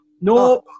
no